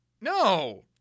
No